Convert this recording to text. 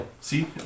See